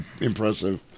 impressive